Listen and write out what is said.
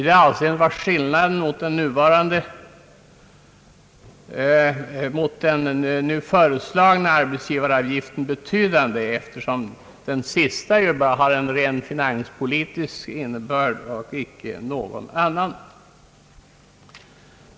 Den nu föreslagna arbetsgivaravgiften skiljer sig betydligt från denna, eftersom den ju bara har en rent finanspolitisk innebörd.